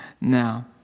Now